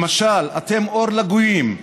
למשל: אתם אור לגויים,